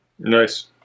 Nice